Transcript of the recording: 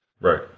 Right